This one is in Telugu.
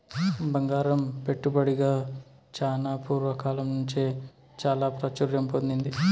బంగారం పెట్టుబడిగా చానా పూర్వ కాలం నుంచే చాలా ప్రాచుర్యం పొందింది